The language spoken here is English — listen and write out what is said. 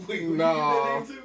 No